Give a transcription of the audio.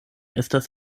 estas